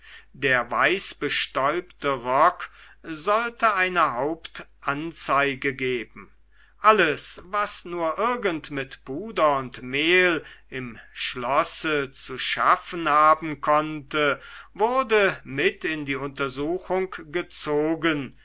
der weißbestäubte rock sollte eine hauptanzeige geben alles was nur irgend mit puder und mehl im schlosse zu schaffen haben konnte wurde mit in die untersuchung gezogen